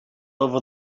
over